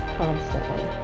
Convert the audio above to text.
constantly